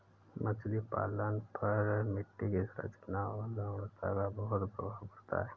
मछली पालन पर मिट्टी की संरचना और लवणता का बहुत प्रभाव पड़ता है